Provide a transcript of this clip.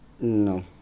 No